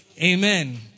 Amen